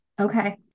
Okay